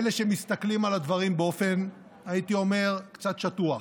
אלה שמסתכלים על הדברים באופן קצת שטוח,